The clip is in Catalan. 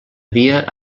dia